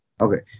Okay